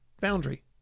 boundary